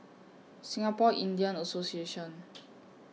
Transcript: Singapore Indian Association